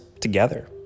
together